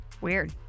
weird